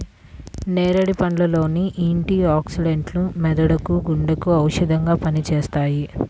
నేరేడు పండ్ల లోని యాంటీ ఆక్సిడెంట్లు మెదడుకు, గుండెకు ఔషధంగా పనిచేస్తాయి